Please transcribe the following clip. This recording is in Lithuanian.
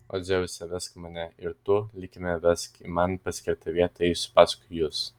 o dzeuse vesk mane ir tu likime vesk į man paskirtą vietą eisiu paskui jus